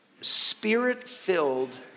Spirit-Filled